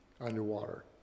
underwater